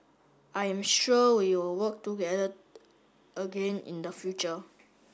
I am sure we will work together again in the future